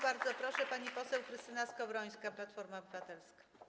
Bardzo proszę, pani poseł Krystyna Skowrońska, Platforma Obywatelska.